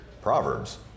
Proverbs